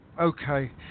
Okay